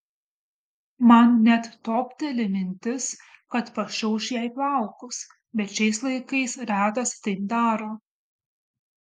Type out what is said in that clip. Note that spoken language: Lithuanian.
man net topteli mintis kad pašiauš jai plaukus bet šiais laikais retas taip daro